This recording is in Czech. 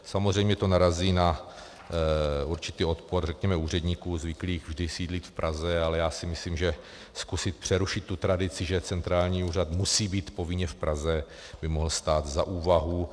Samozřejmě to narazí na určitý, řekněme, odpor úředníků zvyklých vždy sídlit v Praze, ale já si myslím, že zkusit přerušit tu tradici, že centrální úřad musí být povinně v Praze, by mohlo stát za úvahu.